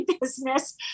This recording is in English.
business